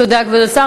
תודה, כבוד השר.